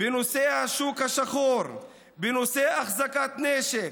בנושא השוק השחור ובנושא החזקת נשק,